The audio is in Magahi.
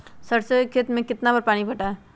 सरसों के खेत मे कितना बार पानी पटाये?